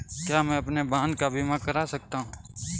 क्या मैं अपने वाहन का बीमा कर सकता हूँ?